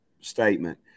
statement